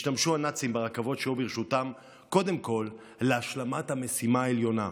השתמשו הנאצים ברכבות שהיו ברשותם קודם כול להשלמת המשימה העליונה: